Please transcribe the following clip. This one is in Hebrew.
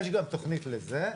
יש גם תוכנית לזה.